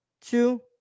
two